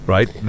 Right